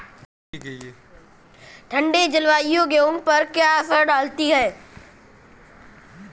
ठंडी जलवायु गेहूँ पर क्या असर डालती है?